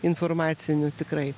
informacinių tikrai